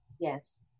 Yes